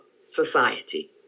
Society